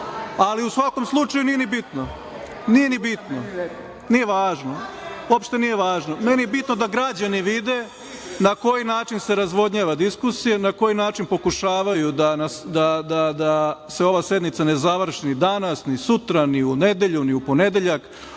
ali u svakom slučaju nije ni bitno. Nije važno, uopšte nije važno, meni je bitno da građani vide na koji način se razvodnjava diskusija, na koji način pokušavaju da se ova sednica ne završi danas, ni sutra, ni u nedelju, ni u ponedeljak,